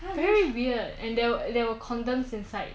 very weird and they they will condense inside